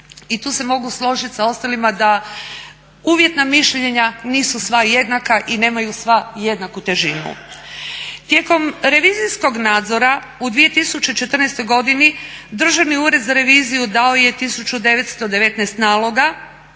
i tu se mogu složit s ostalima da uvjetna mišljenja nisu sva jednaka i nemaju sva jednaku težinu. Tijekom revizijskog nadzora u 2014. godini Državni ured za reviziju dao je 1919 naloga